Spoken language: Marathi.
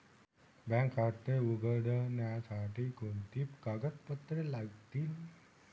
बँक खाते उघडण्यासाठी कोणती कागदपत्रे लागतील?